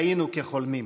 היינו כחולמים.